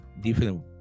different